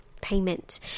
payment